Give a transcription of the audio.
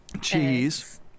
cheese